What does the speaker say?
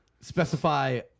specify